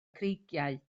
creigiau